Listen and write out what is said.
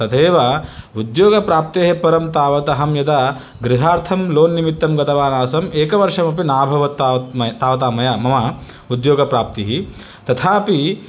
तथैव उद्योगप्राप्तेः परं तावतहं यदा गृहार्थं लोन् निमित्तं गतवान् आसम् एकवर्षमपि नाभवत् तावत् तावता मया मम उद्योगप्राप्तिः तथापि